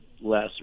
less